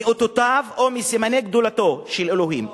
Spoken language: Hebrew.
מאותותיו או מסימני גדולתו של אלוהים,